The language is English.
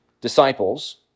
disciples